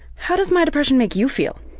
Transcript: how does my depression make you feel?